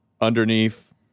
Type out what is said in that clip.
underneath